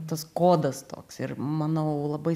tas kodas toks ir manau labai